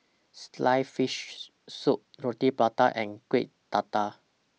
Sliced Fish Soup Roti Prata and Kuih Dadar